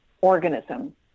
organism